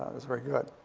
that was very good.